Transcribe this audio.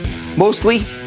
mostly